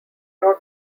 wrote